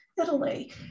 Italy